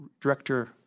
director